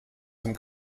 zum